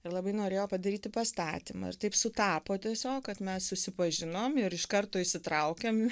ir labai norėjo padaryti pastatymą ir taip sutapo tiesiog kad mes susipažinom ir iš karto įsitraukėm